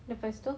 lepas tu